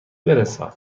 برسان